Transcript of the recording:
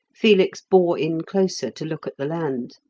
felix bore in closer to look at the land.